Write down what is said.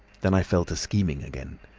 then i fell to scheming again.